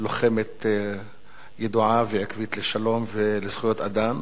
לוחמת ידועה ועקבית לשלום ולזכויות אדם,